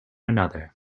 another